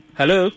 Hello